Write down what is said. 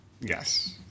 Yes